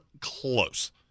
close